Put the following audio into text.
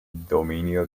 dominio